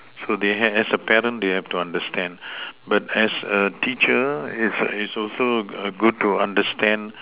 so they have as a parent they have to understand but as a teacher it's it's also err good to understand